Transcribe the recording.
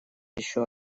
еще